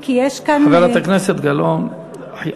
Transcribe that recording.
חברת הכנסת גלאון,